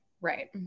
Right